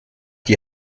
die